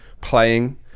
playing